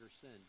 sin